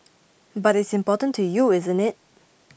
but it's important to you isn't it